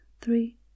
three